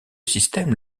système